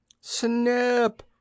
Snip